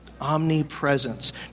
Omnipresence